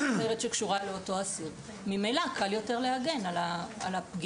אחרת שקשורה לאותו אסיר ממילא קל יותר להגן על הפגיעה,